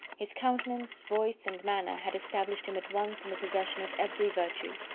his countenance, voice, and manner had established him at once in the possession of every virtue.